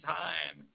time